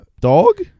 Dog